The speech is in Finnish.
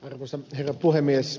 arvoisa herra puhemies